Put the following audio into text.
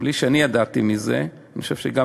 בלי שאני ידעתי מזה, אני חושב שגם